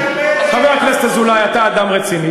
חבר הכנסת אזולאי, אתה אדם רציני.